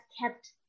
kept